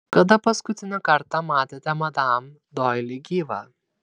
kada paskutinį kartą matėte madam doili gyvą